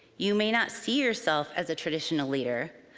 you may not see yourself as a traditional leader,